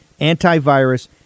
antivirus